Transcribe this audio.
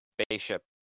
spaceship